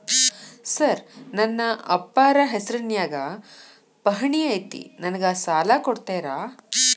Sir ನನ್ನ ಅಪ್ಪಾರ ಹೆಸರಿನ್ಯಾಗ್ ಪಹಣಿ ಐತಿ ನನಗ ಸಾಲ ಕೊಡ್ತೇರಾ?